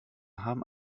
haben